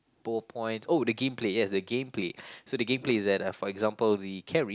ball points oh the gameplay yes the gameplay so the gameplay is that uh for example the carry